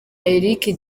eric